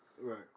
Right